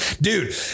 dude